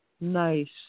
Nice